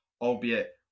albeit